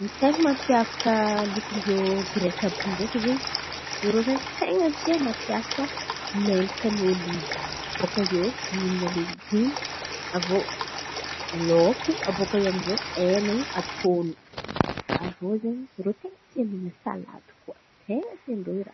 Tena mampiavaka lokin-drô Greky zen̈y irô zen̈y tena tia mampiasa menaka ny ôliva. Baka iô mihin̈a legiomo avô lôko, abaka iô amizay hena iny atôno. Avô zen̈y irô tena tia mihina salady koa tena tian-drô raha zen̈y.